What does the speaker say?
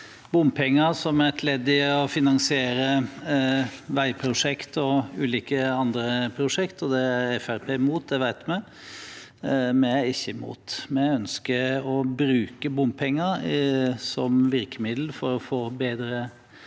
bompenger som et ledd i å finansiere veiprosjekter og ulike andre prosjekter, og det er Fremskrittspartiet imot, det vet vi. Vi er ikke imot. Vi ønsker å bruke bompenger som virkemiddel for å få bedre